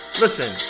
Listen